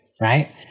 right